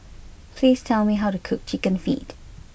please tell me how to cook Chicken Feet